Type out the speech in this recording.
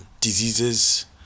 diseases